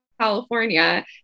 California